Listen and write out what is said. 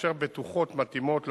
המאפשר בטוחות מתאימות לנושים,